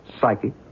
psychic